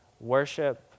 worship